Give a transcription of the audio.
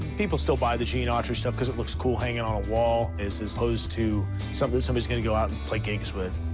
people still buy the gene autry stuff because it looks cool hanging on a wall as as opposed to somebody somebody's going to go out and play gigs with.